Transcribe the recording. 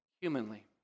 humanly